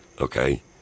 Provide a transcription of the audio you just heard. Okay